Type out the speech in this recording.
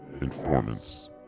informants